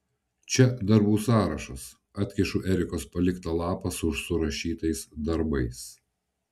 čia darbų sąrašas atkišu erikos paliktą lapą su surašytais darbais